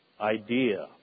idea